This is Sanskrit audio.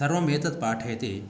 सर्वम् एतत् पाठयति